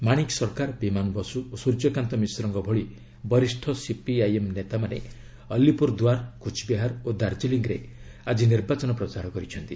ମାଣିକ ସରକାର ବିମାନ ବସୁ ଓ ସୂର୍ଯ୍ୟକାନ୍ତ ମିଶ୍ରଙ୍କ ଭଳି ବରିଷ୍ଣ ସିପିଆଇଏମ୍ ନେତାମାନେ ଅଲିପୁରଦୁଆର କୁଚ୍ବିହାର ଓ ଦାର୍ଜିଲିଙ୍ଗ୍ରେ ଆଜି ନିର୍ବାଚନ ପ୍ରଚାର କରିଛନ୍ତି